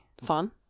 fun